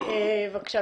אני